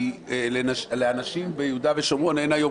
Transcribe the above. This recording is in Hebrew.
כי לאנשים ביהודה ושומרון אין היום